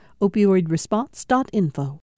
Opioidresponse.info